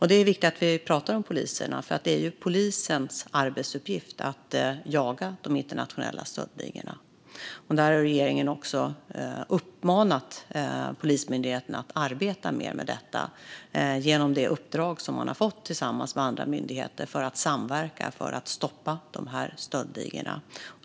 Det är viktigt att vi pratar om poliserna, för det är ju polisens arbetsuppgift att jaga de internationella stöldligorna. Regeringen har också uppmanat Polismyndigheten att arbeta mer med detta genom det uppdrag som man har fått tillsammans med andra myndigheter att samverka för att stoppa stöldligorna.